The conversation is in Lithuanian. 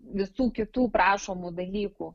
visų kitų prašomų dalykų